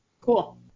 Cool